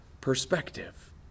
perspective